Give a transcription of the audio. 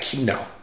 no